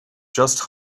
just